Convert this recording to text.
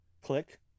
Click